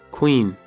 Queen